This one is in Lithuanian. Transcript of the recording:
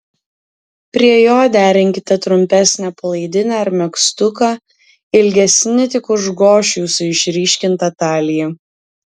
prie jo derinkite trumpesnę palaidinę ar megztuką ilgesni tik užgoš jūsų išryškintą taliją